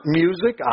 music